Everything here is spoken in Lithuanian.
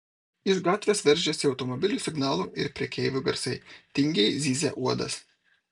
iš gatvės veržėsi automobilių signalų ir prekeivių garsai tingiai zyzė uodas